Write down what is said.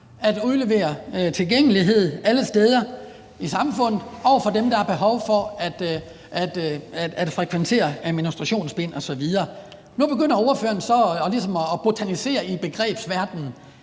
at gøre det tilgængeligt alle steder i samfundet for dem, der har behov for at frekventere menstruationsbind osv. Nu begynder ordføreren så ligesom at botanisere i begrebsverdenen: